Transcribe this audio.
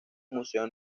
museo